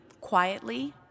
quietly